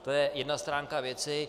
To je jedna stránka věci.